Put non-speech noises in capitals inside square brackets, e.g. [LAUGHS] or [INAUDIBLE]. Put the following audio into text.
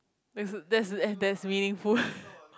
that's that's and that's meaningful [LAUGHS]